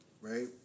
Right